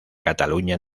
cataluña